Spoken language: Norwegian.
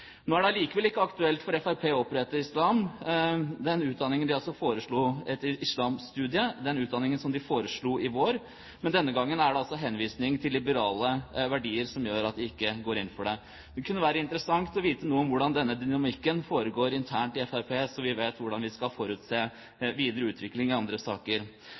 Nå er det likevel ikke aktuelt for Fremskrittspartiet å opprette den utdanningen som de foreslo i vår – et islamstudium – men denne gangen er det altså henvisning til liberale verdier som gjør at de ikke går inn for det. Det kunne være interessant å vite noe om hvordan denne dynamikken er internt i Fremskrittspartiet, så vi vet hvordan vi kan forutse videre utvikling i andre saker.